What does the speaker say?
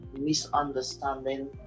misunderstanding